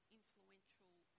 influential